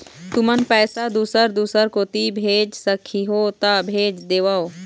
तुमन पैसा दूसर दूसर कोती भेज सखीहो ता भेज देवव?